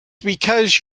because